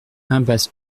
impasse